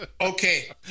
okay